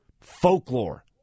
folklore